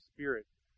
Spirit